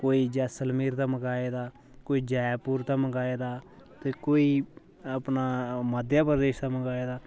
कोई जैसमेल दा मंगाऐ दा कोई जयपूर दा मंगाऐ दा ते कोई अपना मध्य प्रदेश दा मंगाऐ दा